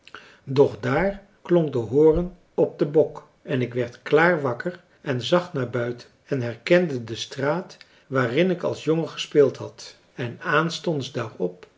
doch daar klonk de horen op den bok en ik werd klaar wakker en zag naar buiten en herkende de straat waarin françois haverschmidt familie en kennissen ik als jongen gespeeld had en aanstonds daarop